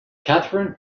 katherine